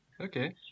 Okay